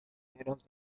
mineros